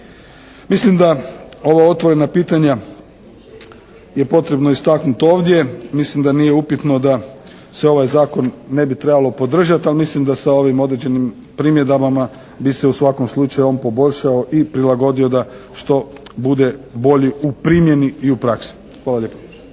Mislim da ova otvorena pitanja je potrebno istaknuti ovdje. Mislim da nije upitno da se ovaj zakon ne bi trebalo podržati, ali mislim da sa ovim određenim primjedbama bi se u svakom slučaju on poboljšao i prilagodio da što bude bolji u primjeni i u praksi. Hvala lijepo.